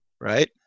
right